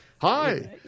hi